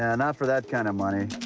and not for that kind of money.